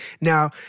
now